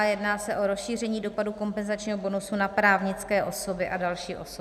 Jedná se o rozšíření dopadu kompenzačního bonusu na právnické osoby a další osoby.